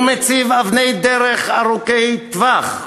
הוא מציב אבני דרך ארוכות טווח,